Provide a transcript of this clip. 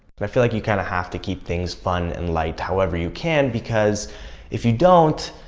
and i feel like you kind of have to keep things fun and light however you can, because if you don't,